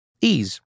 Ease